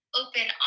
open